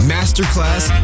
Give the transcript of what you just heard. Masterclass